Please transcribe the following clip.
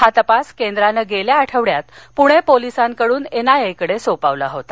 हा तपास केंद्रानं गेल्या आठवड्यात पुणे पोलिसांकडून एनआयए कडे सोपवला होता